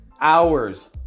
hours